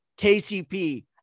KCP